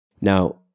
Now